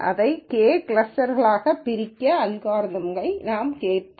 இதை K கிளஸ்டர்களாக பிரிக்க அல்காரிதம்யை நாங்கள் கேட்கிறோம்